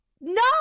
no